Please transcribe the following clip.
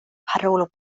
parolu